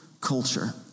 culture